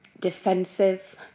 defensive